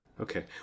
Okay